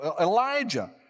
Elijah